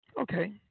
Okay